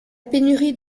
pénurie